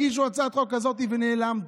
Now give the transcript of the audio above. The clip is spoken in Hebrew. הגישו הצעת חוק כזאת ונעלמו.